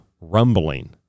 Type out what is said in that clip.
rumbling